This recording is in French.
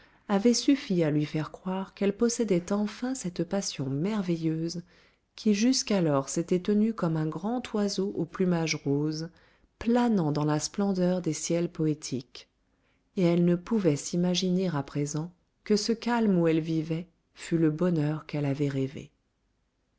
avait suffi à lui faire croire qu'elle possédait enfin cette passion merveilleuse qui jusqu'alors s'était tenue comme un grand oiseau au plumage rose planant dans la splendeur des ciels poétiques et elle ne pouvait s'imaginer à présent que ce calme où elle vivait fût le bonheur qu'elle avait rêvé